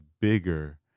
bigger